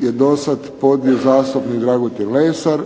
je do sad podnio zastupnik Dragutin Lesar,